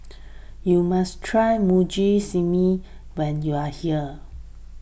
you must try Mugi Meshi when you are here